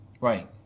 Right